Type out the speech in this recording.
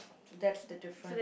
that's the difference